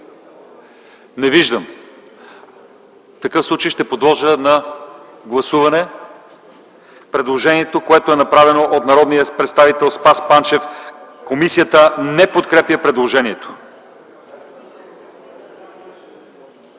Не виждам. В такъв случай подлагам на гласуване предложението, което е направено от народния представител Спас Панчев, което комисията не подкрепя.